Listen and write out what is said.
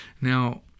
Now